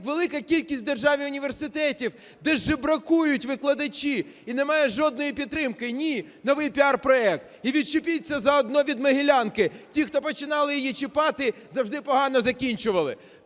велика кількість в державі університетів, де жебракують викладачі і немає жодної підтримки. Ні, новий піар-проект! І відчепіться заодно від Могилянки. Ті, хто починали її чіпати, завжди погано закінчували.